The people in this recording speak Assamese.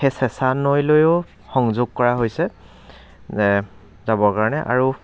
সেই চেঁচা নৈলৈও সংযোগ কৰা হৈছে যাবৰ কাৰণে আৰু